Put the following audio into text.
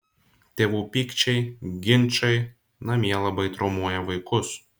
tėvų pykčiai ginčai namie labai traumuoja vaikus